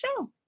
show